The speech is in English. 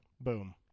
Boom